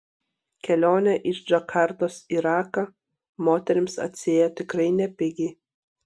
kelionė iš džakartos į raką moterims atsiėjo tikrai nepigiai